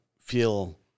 feel